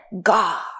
God